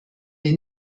wir